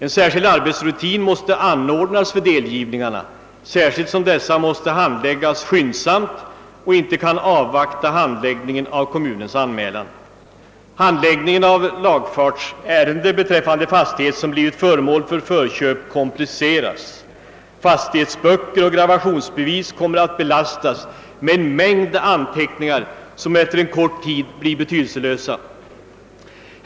En särskild arbetsrutin måste införas för delgivningarna, särskilt som dessa måste handläggas skyndsamt och man inte kan avvakta handläggningen av kommunens anmälan. Likaså kompliceras handläggningen av lagfartsärenden beträffande fastighet som blivit föremål för förköp, och fastighetsböcker och gravationsbevis belastas med en mängd anteckningar som efter kort tid blir betydelselösa.